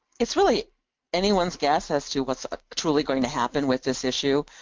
it's really anyone's guess as to what's ah truly going to happen with this issue.